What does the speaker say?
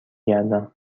گردم